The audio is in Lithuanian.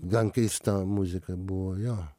gan keista muzika buvo jo